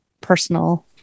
personal